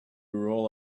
roll